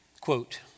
Quote